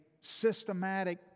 systematic